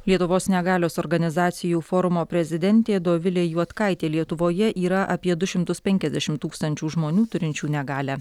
lietuvos negalios organizacijų forumo prezidentė dovilė juodkaitė lietuvoje yra apie du šimtus penkiasdešimt tūkstančių žmonių turinčių negalią